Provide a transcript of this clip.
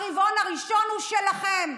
הרבעון הראשון הוא שלכם.